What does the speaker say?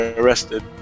arrested